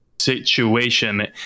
situation